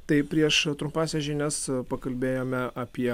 tai prieš trumpąsias žinias pakalbėjome apie